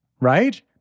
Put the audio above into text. right